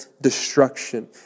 destruction